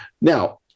now